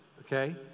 okay